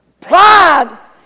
Pride